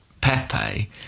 Pepe